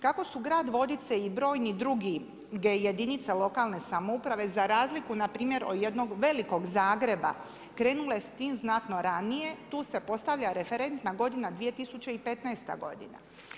Kako su grad Vodice i brojne druge jedinice lokalne samouprave za razliku npr. od jednog velikog Zagreba, krenula s tim znatno ranije, tu se postavlja referentna godina, 2015. godina.